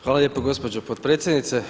Hvala lijepo gospođo potpredsjednice.